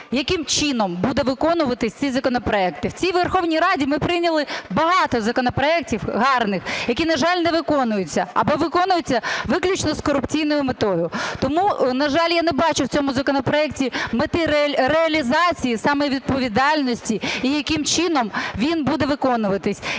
яким чином будуть виконуватись ці законопроекти. В цій Верховній Раді ми прийняли багато законопроектів гарних, які, на жаль, не виконуються або виконуються виключно з корупційною метою. Тому, на жаль, я не бачу в цьому законопроекті мети реалізації саме відповідальності і яким чином він буде виконуватись